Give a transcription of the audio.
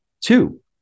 Two